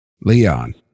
Leon